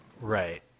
Right